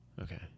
Okay